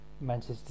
Manchester